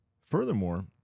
furthermore